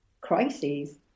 crises